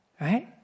Right